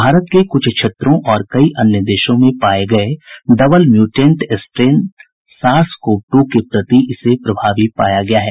भारत के कुछ क्षेत्रों और कई अन्य देशों में पाए गए double mutant strain SARS CoV two के प्रति इसे प्रभावी पाया गया है